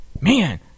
man